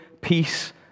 peace